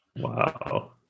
Wow